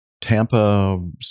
Tampa